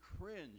cringe